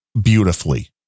beautifully